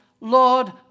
Lord